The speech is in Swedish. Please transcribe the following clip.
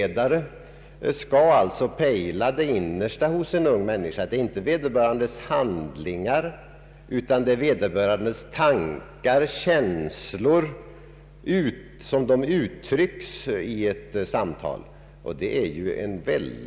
En utredare skall alltså pejla det innersta hos en ung människa, inte vederbörandes handlingar utan hans tankar och känslor sådana de uttryckts vid ett samtal.